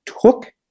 took